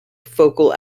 focal